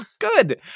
Good